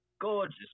gorgeous